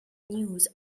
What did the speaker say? news